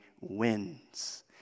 wins